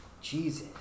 Jesus